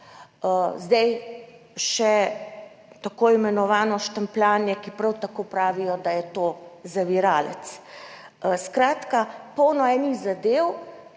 zdaj še tako imenovano štempljanje, o katerem prav tako pravijo, da je to zaviralec. Skratka, polno enih zadev